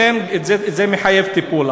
לכן, זה מחייב טיפול.